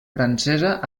francesa